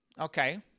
Okay